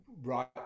right